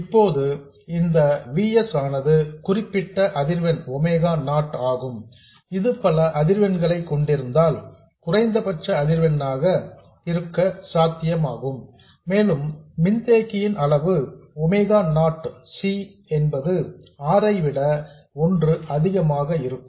இப்போது இந்த V s ஆனது குறிப்பிட்ட அதிர்வெண் ஒமேகா நாட் ஆகும் இது பல அதிர்வெண்களை கொண்டிருந்தால் குறைந்தபட்ச அதிர்வெண்ணாக இருக்க சாத்தியமாகும் மேலும் மின்தேக்கியின் அளவு ஒமேகா நாட் C என்பது R ஐ விட 1 அதிகமாக இருக்கும்